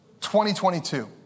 2022